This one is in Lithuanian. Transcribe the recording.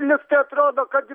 nes tai atrodo kad